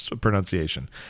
pronunciation